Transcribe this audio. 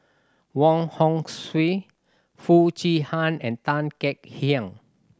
Wong Hong Suen Foo Chee Han and Tan Kek Hiang